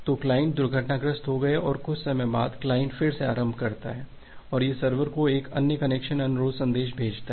तो क्लाइंट दुर्घटनाग्रस्त हो गया और कुछ समय बाद क्लाइंट फिर से आरंभ करता है और यह सर्वर को एक अन्य कनेक्शन अनुरोध संदेश भेजता है